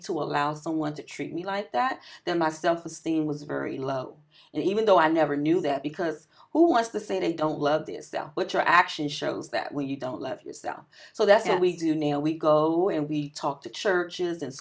to allow someone to treat me like that then my self esteem was very low even though i never knew that because who has the say they don't love this but your action shows that when you don't love yourself so that's what we do now we go and we talk to churches and